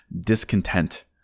discontent